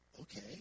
okay